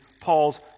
Paul's